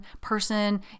person